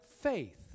faith